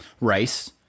rice